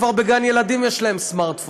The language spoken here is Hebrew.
כבר בגן-ילדים יש להם סמארטפון.